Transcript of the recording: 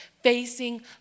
facing